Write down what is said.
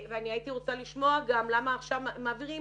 אני הייתי רוצה לשמוע גם למה עכשיו מעבירים